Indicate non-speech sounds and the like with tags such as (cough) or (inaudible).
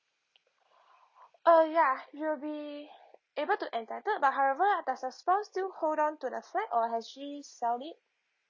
(breath) uh ya you'll be able to entitled but however does her spouse still hold on to the flat or has she sold it